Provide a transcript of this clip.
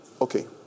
Okay